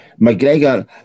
McGregor